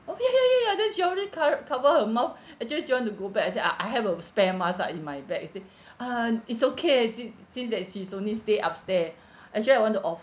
oh hey ya ya ya ah then she already cov~ cover her mouth actually she want to go back you see I I have a spare mask lah in my beg you see ah it's okay actually since that she's only stay up upstair actually I want to offer